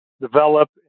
develop